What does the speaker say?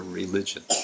religion